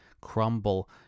crumble